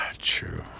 true